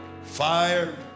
fire